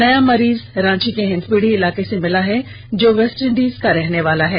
नया मरीज रांची के हिन्दपीढ़ी इलाके से मिला है जो वेस्टइंडिज का रहने वाला है